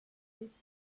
his